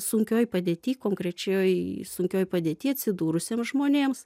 sunkioj padėty konkrečioj sunkioj padėty atsidūrusiems žmonėms